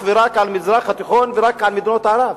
ורק על המזרח התיכון ורק על מדינות ערב,